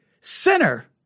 sinner